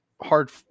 hard